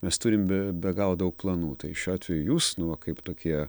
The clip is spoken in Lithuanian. mes turim be be galo daug planų tai šiuo atveju jūs nu va kaip tokie